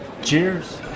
Cheers